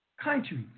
countries